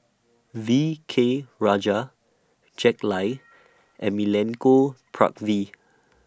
V K Rajah Jack Lai and Milenko